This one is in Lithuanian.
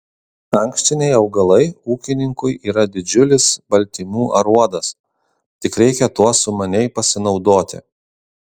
ankštiniai augalai ūkininkui yra didžiulis baltymų aruodas tik reikia tuo sumaniai pasinaudoti